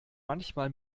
manchmal